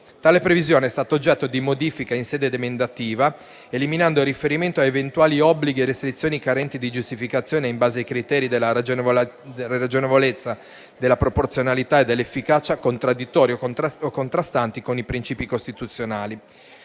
Tale previsione è stata oggetto di modifica in sede emendativa, eliminando il riferimento a eventuali obblighi e restrizioni carenti di giustificazione in base ai criteri della ragionevolezza, della proporzionalità e dell'efficacia, contraddittori o contrastanti con i principi costituzionali.